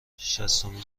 شصتمین